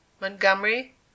montgomery